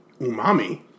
Umami